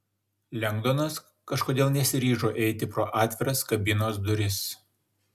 lengdonas kažkodėl nesiryžo eiti pro atviras kabinos duris